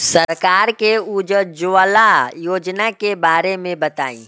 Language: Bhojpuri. सरकार के उज्जवला योजना के बारे में बताईं?